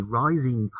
rising